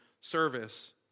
service